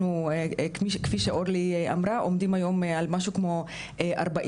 כפי שאורלי אמרה עומדים היום על משהו כמו .40%.